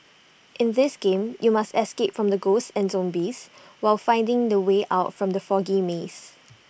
in this game you must escape from ghosts and zombies while finding the way out from the foggy maze